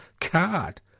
card